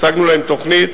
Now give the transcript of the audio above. הצגנו להם תוכנית,